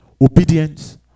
Obedience